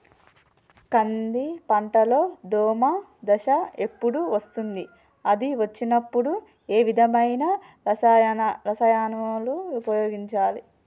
కంది పంటలో దోమ దశ ఎప్పుడు వస్తుంది అది వచ్చినప్పుడు ఏ విధమైన రసాయనాలు ఉపయోగించాలి?